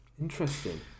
Interesting